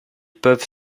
peuvent